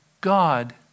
God